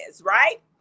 right